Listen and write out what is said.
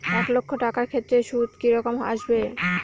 এক লাখ টাকার ক্ষেত্রে সুদ কি রকম আসবে?